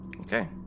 Okay